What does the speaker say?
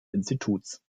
instituts